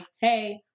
hey